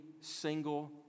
single